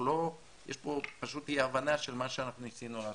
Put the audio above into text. יש פה פשוט אי הבנה של מה שאנחנו ניסינו לעשות.